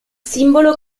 simbolo